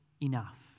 enough